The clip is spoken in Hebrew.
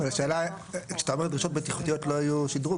אבל כשאתה אומר שדרישות בטיחותיות לא יחשבו כשדרוג,